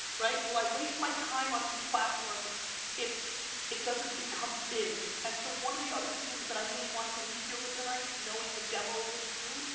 right? will i waste my time on these platforms if it doesn't become big? big? and so one of the other themes that i really wanted to leave here with tonight, knowing the demo of this room,